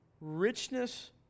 richness